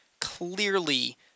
clearly